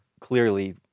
clearly